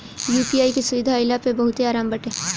UPI के सुविधा आईला पअ बहुते आराम बाटे